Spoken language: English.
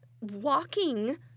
walking